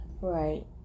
right